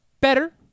Better